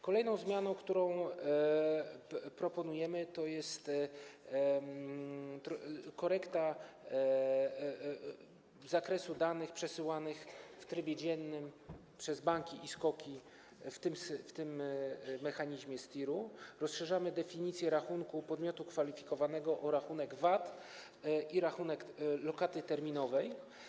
Kolejna zmiana, którą proponujemy, dotyczy korekty zakresu danych przesyłanych w trybie dziennym przez banki i SKOK-i w mechanizmie STIR-u, rozszerzamy definicję rachunku podmiotu kwalifikowanego o rachunek VAT i rachunek lokaty terminowej.